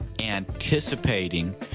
anticipating